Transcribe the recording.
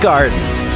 Gardens